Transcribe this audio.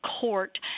court